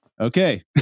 Okay